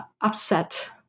upset